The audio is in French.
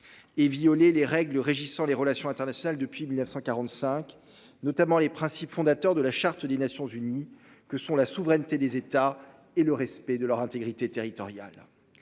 et violé les règles régissant les relations internationales depuis 1945. Notamment les principes fondateurs de la charte des Nations unies que sont la souveraineté des États et le respect de leur intégrité territoriale.